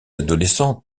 adolescents